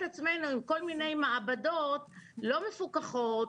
עצמנו עם כל מיני מעבדות לא מפוקחות,